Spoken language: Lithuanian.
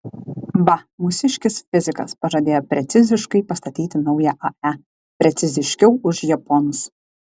va mūsiškis fizikas pažadėjo preciziškai pastatyti naują ae preciziškiau už japonus